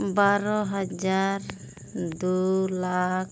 ᱵᱟᱨᱚ ᱦᱟᱡᱟᱨ ᱫᱩ ᱞᱟᱠᱷ